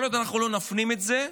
כל עוד אנחנו לא נפנים את זה,